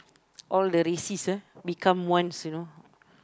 all the racist ah become ones you know